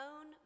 own